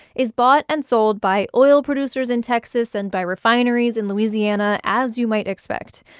is bought and sold by oil producers in texas and by refineries in louisiana as you might expect.